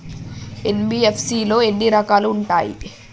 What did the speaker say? NBFC లో ఎన్ని రకాలు ఉంటాయి?